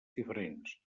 diferents